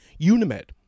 Unimed